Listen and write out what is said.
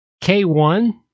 K1